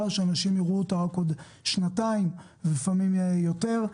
שאנשים יראו אותה רק בעוד שנתיים ולפעמים יותר.